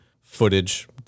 footage